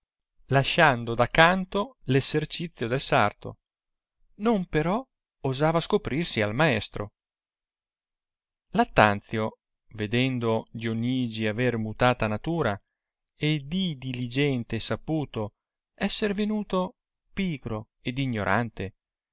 lasciando da canto essercizio del sarto non però osava scoprirsi al maestro lattanzio vedendo dionigi aver mutata natura e di diligente e saputo esser venuto pigro ed ignorante